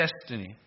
destiny